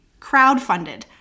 crowdfunded